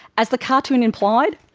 as the carton implied,